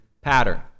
pattern